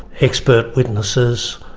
expert witnesses,